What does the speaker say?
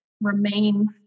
remain